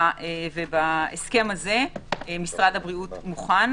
בהסכם הזה משרד הבריאות מוכן,